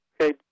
Okay